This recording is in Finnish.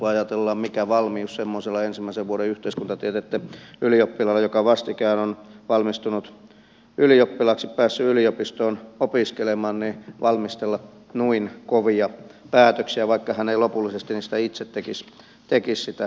ajatellaan mikä valmius semmoisella ensimmäisen vuoden yhteiskuntatieteitten ylioppilaalla joka vastikään on valmistunut ylioppilaaksi päässyt yliopistoon opiskelemaan on valmistella noin kovia päätöksiä vaikka hän ei lopullisesti itse tekisi sitä päätöstä